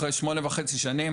ואחרי שמונה וחצי שנים